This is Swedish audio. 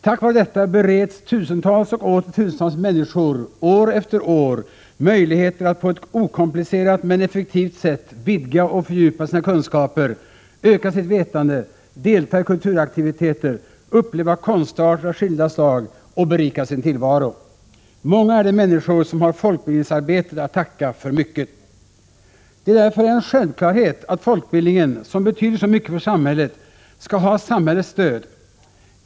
Tack vare detta bereds tusentals och åter tusentals människor år efter år möjligheter att på ett okomplicerat men effektivt sätt vidga och fördjupa sina kunskaper, öka sitt vetande, delta i kulturaktiviteter, uppleva konstarter av skilda slag och berika sin tillvaro. Många är de människor som har folkbildningsarbetet att tacka för mycket. Det är därför en självklarhet att folkbildningen, som betyder så mycket för samhället, skall ha samhällets stöd.